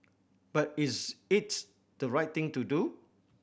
but is it the right thing to do